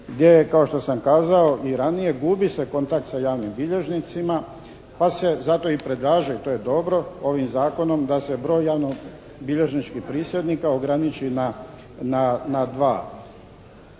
gdje kao što sam kazao i ranije gubi se kontakt sa javnim bilježnicima pa se zato i predlaže i to je dobro ovim zakonom da se broj javnobilježničkih prisjednika ograniči na dva što